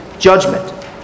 Judgment